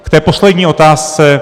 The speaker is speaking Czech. K té poslední otázce.